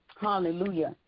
Hallelujah